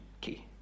key